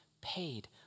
paid